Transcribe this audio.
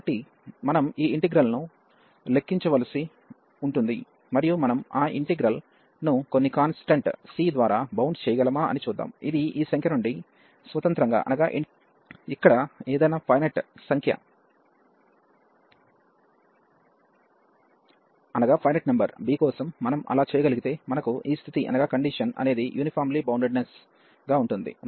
కాబట్టి మనం ఈ ఇంటిగ్రల్ ను లెక్కించవలసి ఉంటుంది మరియు మనం ఆ ఇంటిగ్రల్ ను కొన్ని కాన్స్టాంట్ C ద్వారా బౌండ్ చేయగలమా అని చూద్దాం ఇది ఈ సంఖ్య నుండి స్వతంత్రంగా ఉంటుంది ఇక్కడ ఏదైనా ఫైనెట్ సంఖ్య b కోసం మనం అలా చేయగలిగితే మనకు ఈ స్థితి అనేది యూనిఫార్మ్లీ బౌండెడ్నెస్ గా ఉంటుంది